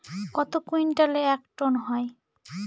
কত কুইন্টালে এক টন হয়?